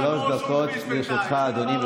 בבקשה, שלוש דקות לרשותך, אדוני.